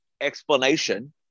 explanation